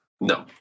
no